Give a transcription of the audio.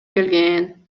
келген